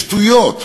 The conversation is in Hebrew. בשטויות.